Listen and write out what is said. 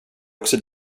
också